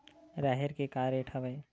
राहेर के का रेट हवय?